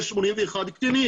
יש 81 קטינים.